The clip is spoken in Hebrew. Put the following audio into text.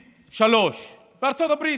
8.3%, בארצות הברית.